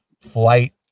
flight